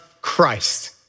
Christ